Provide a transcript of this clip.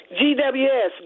GWS